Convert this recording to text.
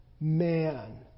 man